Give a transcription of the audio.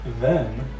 then-